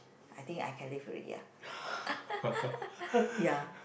I think I can leave already ya ya